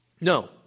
No